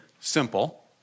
simple